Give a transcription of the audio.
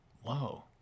whoa